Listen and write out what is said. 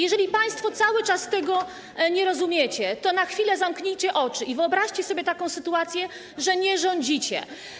Jeżeli państwo cały czas tego nie rozumiecie, to na chwilę zamknijcie oczy i wyobraźcie sobie taką sytuację, że nie rządzicie.